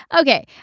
okay